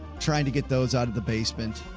trying to get those out of the basement.